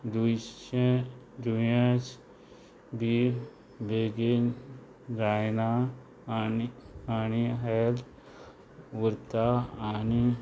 दुयशें दुयेंस बी बेगीन जायना आनी आनी हेल्थ उरता आनी